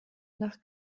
nach